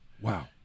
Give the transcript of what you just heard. Wow